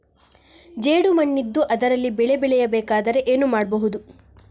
ಜೇಡು ಮಣ್ಣಿದ್ದು ಅದರಲ್ಲಿ ಬೆಳೆ ಬೆಳೆಯಬೇಕಾದರೆ ಏನು ಮಾಡ್ಬಹುದು?